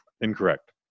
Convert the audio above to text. incorrect